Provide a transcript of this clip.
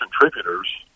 contributors